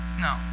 No